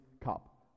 cup